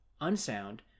unsound